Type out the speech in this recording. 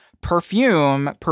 Perfume